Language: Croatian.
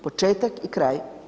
Početak i kraj.